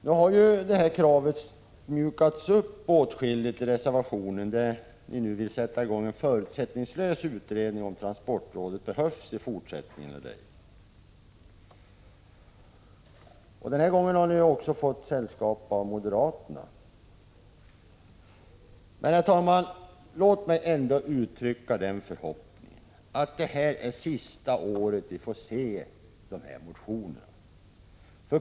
Nu har ju kravet mjukats upp åtskilligt, eftersom man ju vill sätta i gång en förutsättningslös utredning om huruvida transportrådet behövs i fortsättningen eller ej. Den här gången har folkpartiet och centern också fått sällskap av moderaterna. Herr talman! Låt mig ändå uttrycka den förhoppningen att detta är sista året som vi får se de här motionerna.